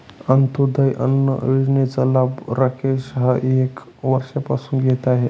अंत्योदय अन्न योजनेचा लाभ राकेश हा एक वर्षापासून घेत आहे